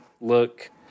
look